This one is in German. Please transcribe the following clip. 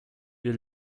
wir